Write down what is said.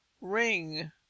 ring